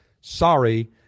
Sorry